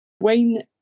Wayne